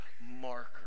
marker